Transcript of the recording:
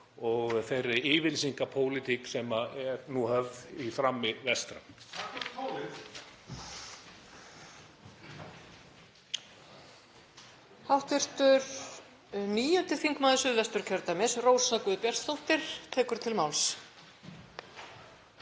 og þeirri yfirlýsingapólitík sem er nú höfð í frammi vestra.